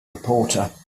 reporter